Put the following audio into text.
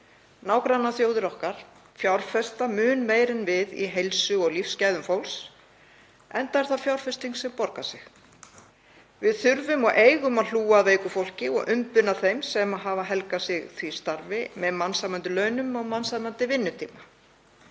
Nágrannaþjóðir okkar fjárfesta mun meira en við í heilsu og lífsgæðum fólks enda er það fjárfesting sem borgar sig. Við þurfum og eigum að hlúa að veiku fólki og umbuna þeim sem hafa helgað sig því starfi með mannsæmandi launum og mannsæmandi vinnutíma.